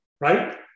right